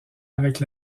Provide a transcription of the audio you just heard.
avec